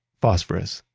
phosphorus,